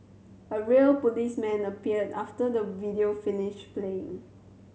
a real policeman appeared after the video finished playing